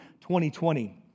2020